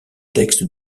texte